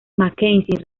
mackenzie